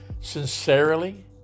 sincerely